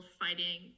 fighting